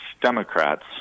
democrats